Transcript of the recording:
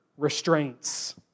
Restraints